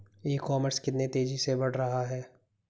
ई commerce कितनी तेजी से बढ़ रहा है?